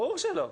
ברור שלא.